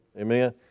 Amen